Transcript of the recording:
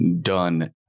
done